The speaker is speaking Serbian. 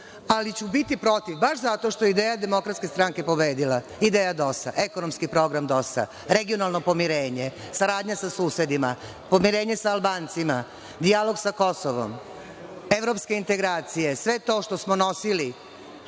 ali ću biti protiv, baš zato što je ideja DS pobedila, ideja DOS-a, ekonomski program DOS-a, regionalno pomirenje, saradnja sa susedima, pomirenje sa Albancima, dijalog sa Kosovom, evropske integracije, sve to što smo nosili